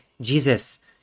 Jesus